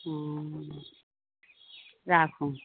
ओ राखु